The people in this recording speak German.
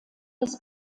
des